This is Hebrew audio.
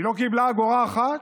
היא לא קיבלה אגורה אחת?